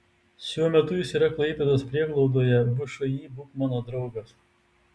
šiuo metu jis yra klaipėdos prieglaudoje všį būk mano draugas